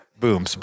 boom